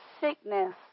sickness